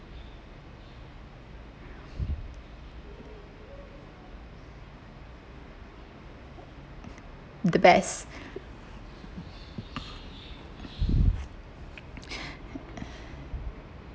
the best